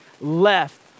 left